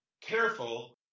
careful